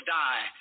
die